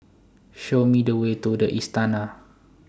Show Me The Way to The Istana